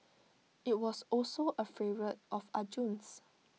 IT was also A favourite of Arjun's